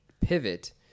pivot